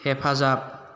हेफाजाब